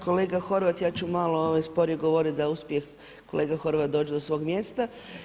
Kolega Horvat ja ću malo sporije govoriti da uspije kolega Horvat doći do svog mjesta.